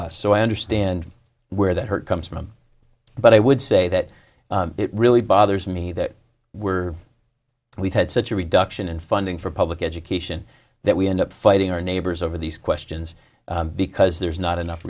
hurt so i understand where that hurt comes from but i would say that it really bothers me that we're we've had such a reduction in funding for public education that we end up fighting our neighbors over these questions because there's not enough